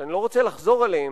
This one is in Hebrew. שאני לא רוצה לחזור עליהם,